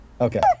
Okay